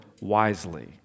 wisely